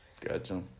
Gotcha